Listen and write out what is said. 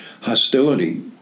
hostility